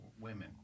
Women